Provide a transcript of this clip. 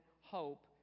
hope